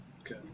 Okay